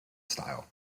style